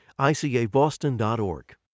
ICABoston.org